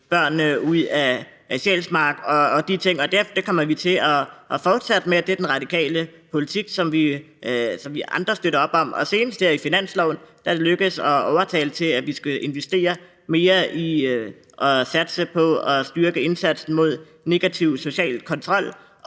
Udrejsecenter Sjælsmark og den slags ting. Og det kommer vi til at fortsætte med; det er den radikale politik, som vi støtter op om. Og senest her i forbindelse med finansloven er det lykkedes at overtale forligsparterne til, at vi skal investere mere i at satse på at styrke indsatsen mod negativ social kontrol.